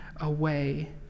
away